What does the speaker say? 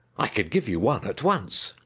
i can give you one, at once.